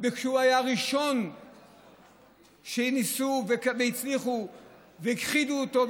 שהוא היה הראשון שניסו והצליחו והכחידו אותו,